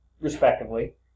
respectively